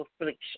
affliction